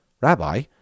Rabbi